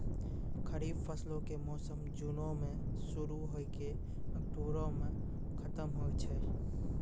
खरीफ फसलो के मौसम जूनो मे शुरु होय के अक्टुबरो मे खतम होय छै